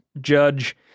judge